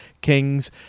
Kings